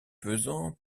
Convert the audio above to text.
pesant